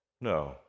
No